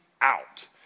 out